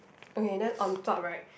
okay then on top right